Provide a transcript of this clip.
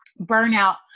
burnout